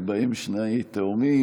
ובהם תאומים,